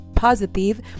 positive